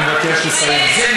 אני מבקש לסיים.